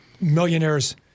millionaires